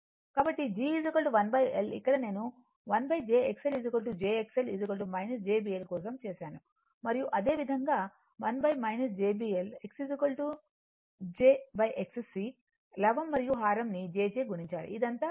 కాబట్టి G 1 L ఇక్కడ నేను 1jXL jXL jBL కోసం చేశాను మరియు అదేవిధంగా 1 jBL X jXC లవం మరియు హారం ని j చే గుణించాలి ఇదంతా jBC